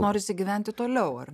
norisi gyventi toliau ar